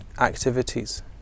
activities